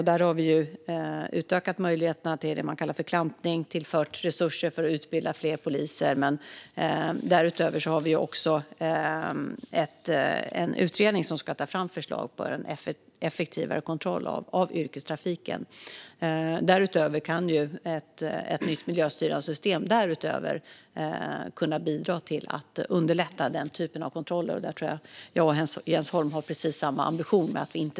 Där har vi utökat möjligheterna till det man kallar för klampning och även tillfört resurser för att utbilda fler poliser. Därutöver har vi en utredning som ska ta fram förslag på en effektivare kontroll av yrkestrafiken. Ett nytt miljöstyrande system skulle kunna bidra till att underlätta den typen av kontroller, och jag tror att jag och Jens Holm har precis samma ambition när det gäller detta.